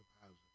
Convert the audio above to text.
housing